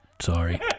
Sorry